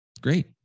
Great